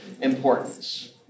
importance